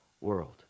world